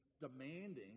demanding